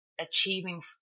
achieving